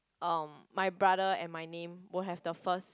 um my brother and my name will have the first